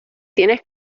tienes